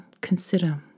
consider